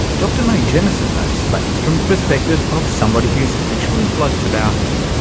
dr mae jemison knows space from the perspective of somebody who's actually floated about in it.